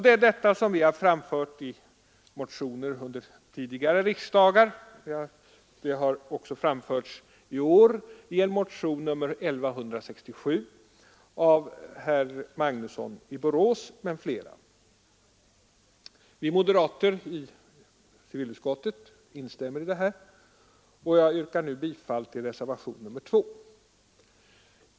Det är detta som vi har framfört i motioner under tidigare riksdagar. Det har också i år framförts i motionen 1167 av herr Magnusson i Borås m.fl. Vi moderater i civilutskottet instämmer i motionärernas önskemål, och jag ber att få yrka bifall till reservationen 2.